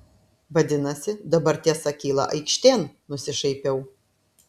vadinasi dabar tiesa kyla aikštėn nusišaipiau